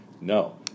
No